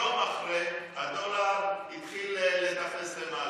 יום אחרי הדולר התחיל לטפס למעלה,